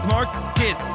Market